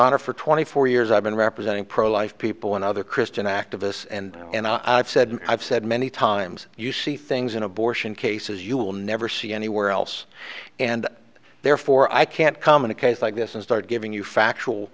honor for twenty four years i've been representing pro life people and other christian activists and i said i've said many times you see things in abortion cases you will never see anywhere else and therefore i can't comment a case like this and start giving you factual